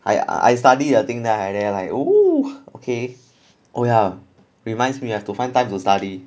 I I study the thing there then I there like okay oh ya reminds me I have to find time to study